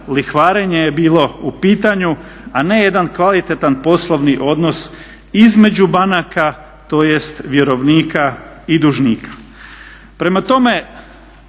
lihvarenje je bilo u pitanju a ne jedan kvalitetan poslovni odnos između banaka tj. vjerovnika i dužnika.